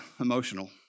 emotional